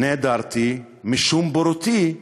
נעדרתי, משום בורותי הרבה.